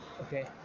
okay